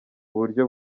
buryo